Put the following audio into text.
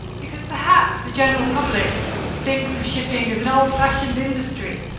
because perhaps the general public thinks of shipping as an old-fashioned industry,